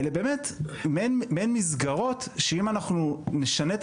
אלה באמת מעין מסדרות שאם אנחנו נשנה את